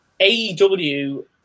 AEW